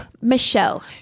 Michelle